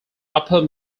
upper